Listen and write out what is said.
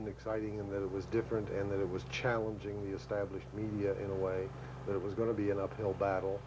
and exciting and it was different in that it was challenging the established media in a way that was going to be an uphill battle